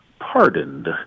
pardoned